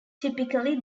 typically